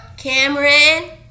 Cameron